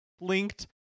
linked